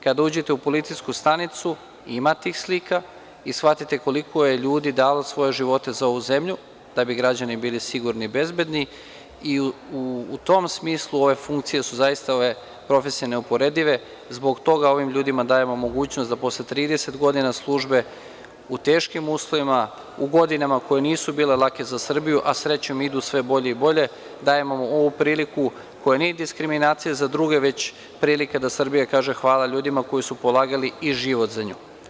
Kada uđete u policijsku stanicu ima tih slikai shvatite koliko je ljudi dalo svoje živote za ovu zemlju da bi građani bili sigurni i bezbedni i u tom smislu ove funkcije su zaista ove profesije neuporedive, zbog toga ovim ljudima dajemo mogućnost da posle 30 godina službe, u teškim uslovima, u godinama koje nisu bile lake za Srbiju, a srećom idu sve bolje i bolje, dajemo ovu priliku koja nije diskriminacija za druge, već prilika da Srbija kaže hvala ljudima koji su polagali i život za nju.